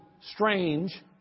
strange